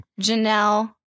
Janelle